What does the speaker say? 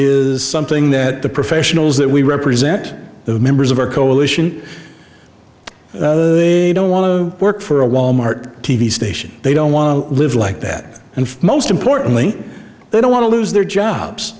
is something that the professionals that we represent the members of our coalition don't want to work for a wal mart t v station they don't want to live like that and most importantly they don't want to lose their jobs